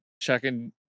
checking